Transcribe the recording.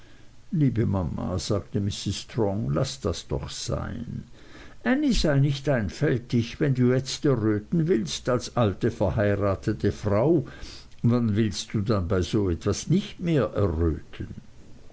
liebe mama sagte mrs strong laß das doch sein ännie sei nicht einfältig wenn du jetzt erröten willst als alte verheiratete frau wann willst du dann bei so etwas nicht mehr erröten